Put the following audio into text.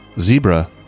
zebra